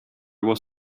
was